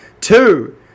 two